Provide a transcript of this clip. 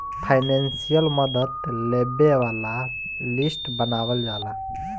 financial मदद लेबे वाला लिस्ट बनावल जाला